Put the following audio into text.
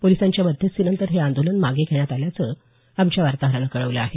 पोलिसांच्या मध्यस्थीनंतर हे आंदोलन मागे घेण्यात आल्याचं आमच्या वार्ताहरानं कळवलं आहे